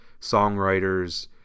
songwriters